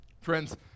Friends